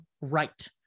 right